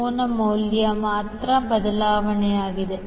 ಕೋನ ಮೌಲ್ಯ ಮಾತ್ರ ಬದಲಾವಣೆಯಾಗಿದೆ